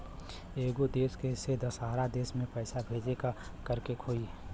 एगो देश से दशहरा देश मे पैसा भेजे ला का करेके होई?